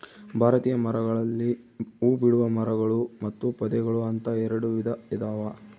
ಭಾರತೀಯ ಮರಗಳಲ್ಲಿ ಹೂಬಿಡುವ ಮರಗಳು ಮತ್ತು ಪೊದೆಗಳು ಅಂತ ಎರೆಡು ವಿಧ ಇದಾವ